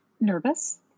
nervous